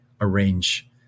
arrange